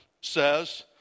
says